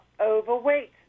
overweight